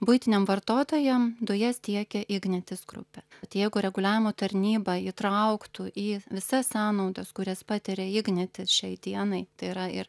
buitiniam vartotojam dujas tiekia ignitis grupė tai jeigu reguliavimo tarnyba įtrauktų į visas sąnaudas kurias patiria ignitis šiai dienai tai yra ir